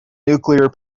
nuclear